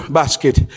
basket